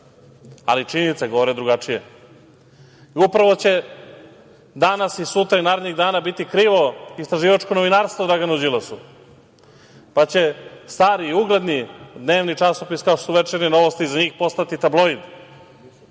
ali činjenice govore drugačije. Upravo će danas i sutra i narednih dana biti krivo istraživačko novinarstvo Draganu Đilasu. Pa će stari i ugledni dnevni časopis kao što su "Večernje novosti" za njih postati tabloid.